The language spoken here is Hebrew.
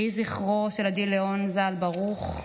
יהי זכרו של עדי ליאון ז"ל ברוך,